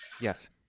Yes